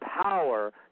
power